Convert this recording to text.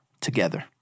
together